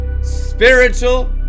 spiritual